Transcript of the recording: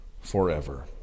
forever